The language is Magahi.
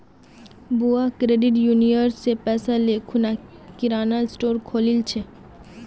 बुआ क्रेडिट यूनियन स पैसा ले खूना किराना स्टोर खोलील छ